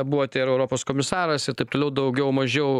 buvot ir europos komisaras ir taip toliau daugiau mažiau